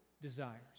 desires